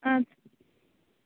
اَدٕ